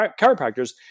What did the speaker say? chiropractors